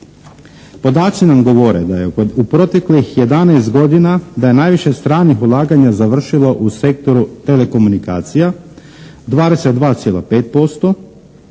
Podaci nam govore da je u proteklih 11 godina da je najviše stranih ulaganja završilo u sektoru telekomunikacija 22,5%.